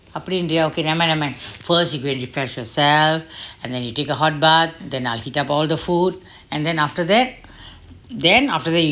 அப்படிங்கறயா:apdinngraya okay never mind never mind first you go and refresh yourself and then you take a hot bath then I'll heat up all the food and then after that then after that